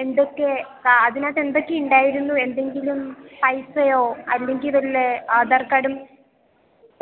എന്തൊക്കെ ഉണ്ടായിരുന്നോ എന്തൊക്കെ ഉണ്ടായിരുന്നു എന്തെങ്കിലും പൈസയോ അല്ലെങ്കിൽ വല്ല ആധാർകാർഡും